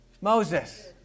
Moses